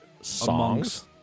songs